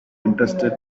interested